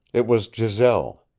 it was giselle.